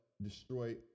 Destroy